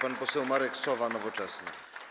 Pan poseł Marek Sowa, Nowoczesna.